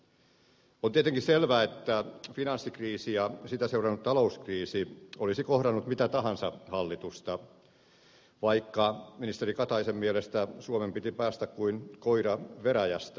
on tietenkin selvää että finanssikriisi ja sitä seurannut talouskriisi olisivat kohdanneet mitä tahansa hallitusta vaikka ministeri kataisen mielestä suomen piti päästä kuin koira veräjästä